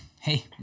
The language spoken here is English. hey